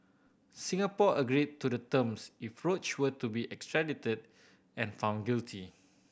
Singapore agreed to the terms if Roach were to be extradited and found guilty